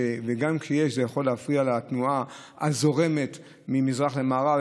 וגם כשזה יכול להפריע לתנועה הזורמת ממזרח למערב,